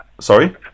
sorry